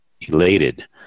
elated